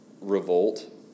revolt